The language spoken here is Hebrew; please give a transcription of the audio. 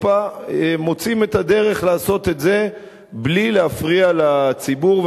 מוצאים את הדרך לעשות את זה בלי להפריע לציבור.